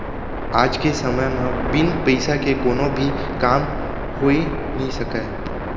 आज के समे म बिन पइसा के कोनो भी काम होइ नइ सकय